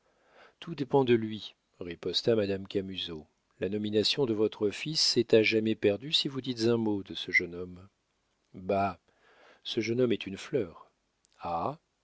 cousin tout dépend de lui riposta madame camusot la nomination de votre fils est à jamais perdue si vous dites un mot de ce jeune homme bah ce jeune homme est une fleur